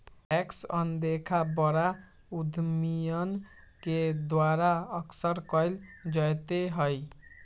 tax अनदेखा बड़ा उद्यमियन के द्वारा अक्सर कइल जयते हई